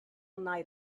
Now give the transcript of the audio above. night